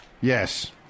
Yes